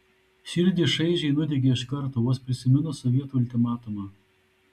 širdį šaižiai nudiegė iš karto vos prisiminus sovietų ultimatumą